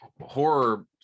horror